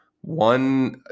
one